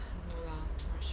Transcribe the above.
no lah russian